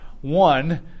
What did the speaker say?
One